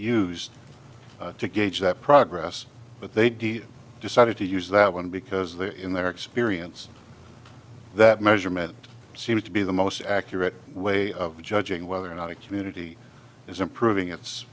used to gauge that progress but they d decided to use that one because they're in their experience that measurement seems to be the most accurate way of judging whether or not a community is improving its